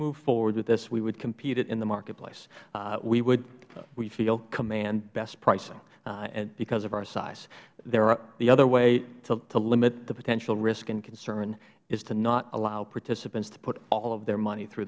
move forward with this we would compete it in the marketplace we would we feel command best pricing because of our size the other way to limit the potential risk and concern is to not allow participants to put all of their money through